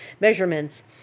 measurements